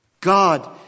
God